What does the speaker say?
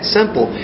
simple